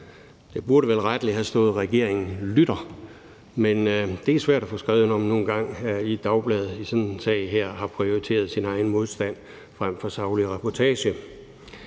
Der burde vel rettelig have stået: Regeringen lytter. Men det er svært at få skrevet, når dagbladet nu engang i sådan en sag har prioriteret sin egen modstand over saglig reportage.